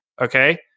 Okay